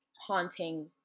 haunting